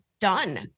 done